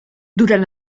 durant